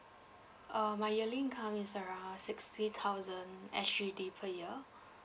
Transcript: uh my yearly income is around sixty thousand S_G_D per year